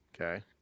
Okay